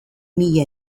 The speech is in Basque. mila